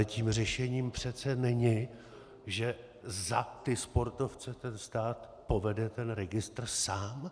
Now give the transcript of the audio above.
Tím řešením ale přece není, že za ty sportovce stát povede ten registr sám.